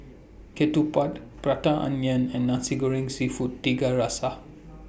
Ketupat Prata Onion and Nasi Goreng Seafood Tiga Rasa